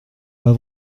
pas